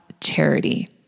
charity